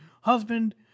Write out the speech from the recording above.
husband